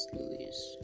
Louise